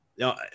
No